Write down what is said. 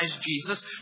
Jesus